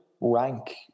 rank